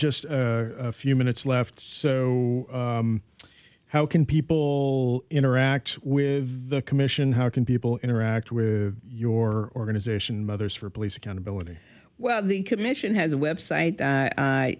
just a few minutes left so how can people interact with the commission how can people interact with your organization mothers for police accountability well the commission has a website i